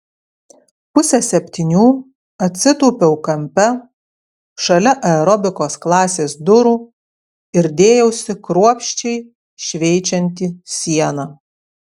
pusę septynių atsitūpiau kampe šalia aerobikos klasės durų ir dėjausi kruopščiai šveičianti sieną